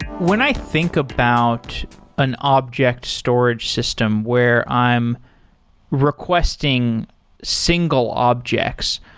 when i think about an object storage system where i'm requesting single objects,